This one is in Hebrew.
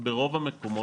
ברוב המדינות,